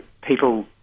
people